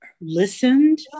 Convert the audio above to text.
listened